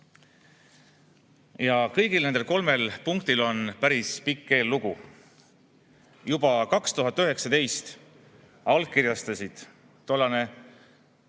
Kõigil neil kolmel punktil on päris pikk eellugu. Juba 2019 allkirjastasid tollane